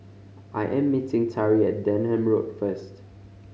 I am meeting Tari at Denham Road first